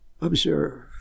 observe